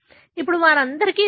ఇప్పుడు వారందరికీ ఇది ఉంది